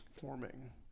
forming